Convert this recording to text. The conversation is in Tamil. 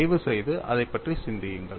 தயவுசெய்து அதைப் பற்றி சிந்தியுங்கள்